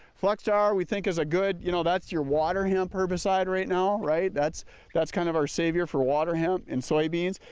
flexstar we think is a good, you know that's your water hemp herbicide right now, that's that's kind of our savior for water hemp in soybeans.